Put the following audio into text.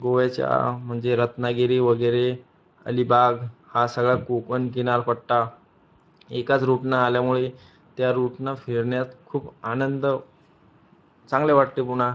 गोव्याच्या म्हणजे रत्नागिरी वगैरे अलीबाग हा सगळा कोकण किनारपट्टा एकाच रूटनं आल्यामुळे त्या रूटनं फिरण्यात खूप आनंद चांगले वाटते पुन्हा